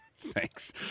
Thanks